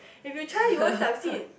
if you try you wouldn't succeed